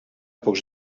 pocs